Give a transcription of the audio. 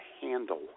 handle